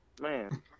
man